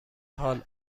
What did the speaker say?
حاال